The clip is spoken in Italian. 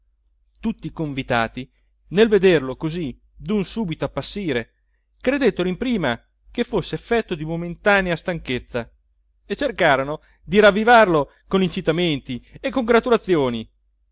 tutti i convitati nel vederlo così dun subito appassire credettero in prima che fosse effetto di momentanea stanchezza e cercarono di ravvivarlo con incitamenti e congratulazioni